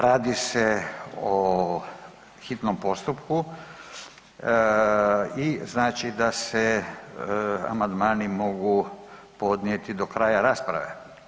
Radi se o hitnom postupku i, znači da se amandmani mogu podnijeti do kraja rasprave.